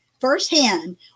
firsthand